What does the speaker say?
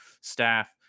staff